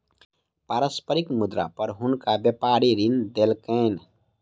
पारस्परिक मुद्रा पर हुनका व्यापारी ऋण देलकैन